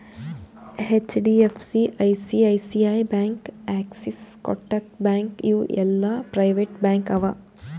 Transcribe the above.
HDFC, ICICI bank, Axis, Kotak bank ಇವು ಎಲ್ಲಾ private bank ಅವಾ